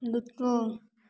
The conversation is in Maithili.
रूकू